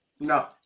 No